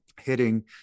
hitting